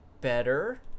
better